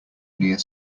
near